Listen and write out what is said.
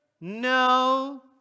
No